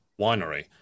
winery